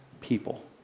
people